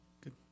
Good